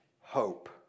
hope